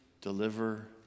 deliver